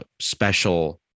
special